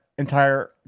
Entire